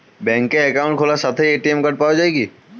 ব্যাঙ্কে অ্যাকাউন্ট খোলার সাথেই এ.টি.এম কার্ড পাওয়া যায় কি?